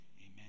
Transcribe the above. Amen